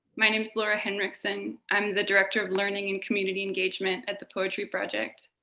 my name is laura henrikson. i'm the director of learning and community engagement at the poetry project.